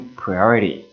priority